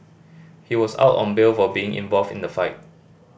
he was out on bail for being involved in the fight